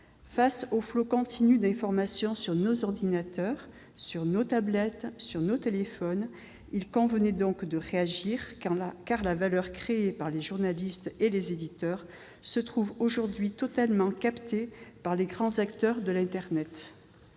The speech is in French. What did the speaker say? Face au flot continu d'informations sur nos ordinateurs, sur nos tablettes, sur nos téléphones, il convenait donc de réagir, car la valeur créée par les journalistes et les éditeurs se trouve aujourd'hui totalement captée par les grands acteurs de l'internet.